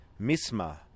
Misma